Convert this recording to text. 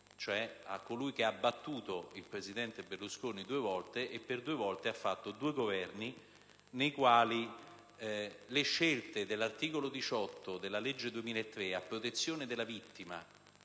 cioè a colui che ha battuto il presidente Berlusconi due volte, formando due Governi nei quali le scelte dell'articolo 18 della legge n. 228 del 2003 a protezione della vittima